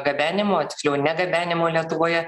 gabenimo tiksliau negabenimo lietuvoje